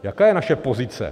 Jaká je naše pozice?